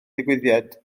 digwyddiad